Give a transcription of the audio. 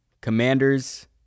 Commanders